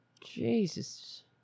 Jesus